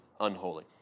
unholy